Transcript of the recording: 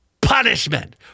punishment